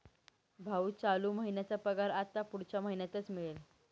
भाऊ, चालू महिन्याचा पगार आता पुढच्या महिन्यातच मिळेल